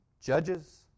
Judges